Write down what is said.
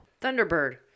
Thunderbird